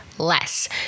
less